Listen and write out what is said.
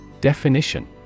Definition